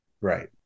right